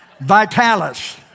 Vitalis